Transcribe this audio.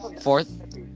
Fourth